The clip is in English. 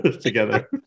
together